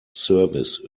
service